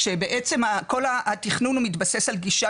כשבעצם כל התכנון הוא מתבסס על גישה